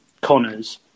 Connors